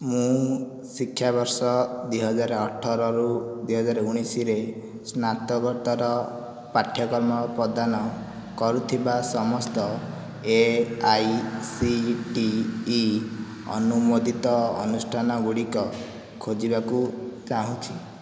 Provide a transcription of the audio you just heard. ମୁଁ ଶିକ୍ଷାବର୍ଷ ଦୁଇହଜାର ଅଠରରୁ ଦୁଇହଜାର ଊଣାଇଶରେ ସ୍ନାତକୋତ୍ତର ପାଠ୍ୟକ୍ରମ ପ୍ରଦାନ କରୁଥିବା ସମସ୍ତ A I C T E ଅନୁମୋଦିତ ଅନୁଷ୍ଠାନଗୁଡ଼ିକ ଖୋଜିବାକୁ ଚାହୁଁଛି